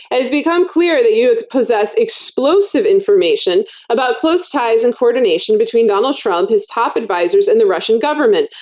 has become clear that you possess explosive information about close ties and coordination between donald trump, his top advisors, and the russian government,